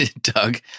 Doug